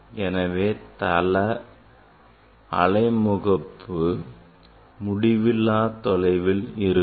எனவே தளஅலை முகப்பு முடிவில்லா தொலைவில் உள்ளது